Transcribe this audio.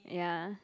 ya